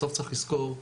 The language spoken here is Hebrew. בסוף צריך לזכור שרח"ל,